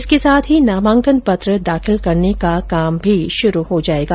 इसके साथ ही नामांकन पत्र दाखिल करने का काम शुरू हो जाएगा